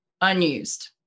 unused